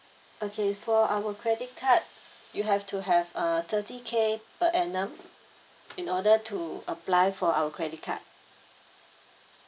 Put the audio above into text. okay for our credit card you have to have uh thirty K per annum in order to apply for our credit card